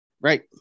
right